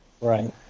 right